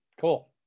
cool